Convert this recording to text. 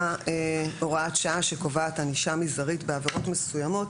הוראת שעה שקובעת ענישה מזערית בעבירות מסוימות,